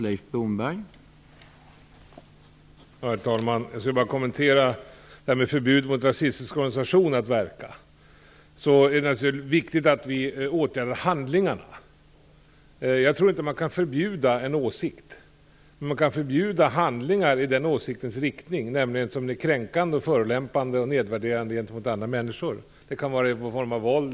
Herr talman! Jag vill kommentera det Ragnhild Pohanka säger om förbud för rasistiska organisationer att verka. Det är viktigt att vi åtgärdar handlingarna. Jag tror inte att man förbjuda en åsikt. Men man kan förbjuda handlingar i samma riktning som den åsikten, nämligen handlingar som är kränkande, förolämpande och nedvärderande gentemot andra människor. Det kan vara olika former av våld.